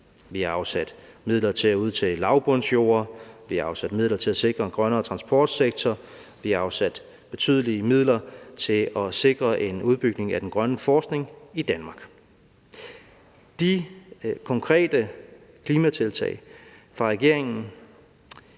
Vi har afsat midler til at udtage lavbundsjorder; vi har afsat midler til at sikre en grønnere transportsektor; vi har afsat betydelige midler til at sikre en udbygning af den grønne forskning i Danmark. Kl. 10:07 De konkrete klimatiltag af regeringen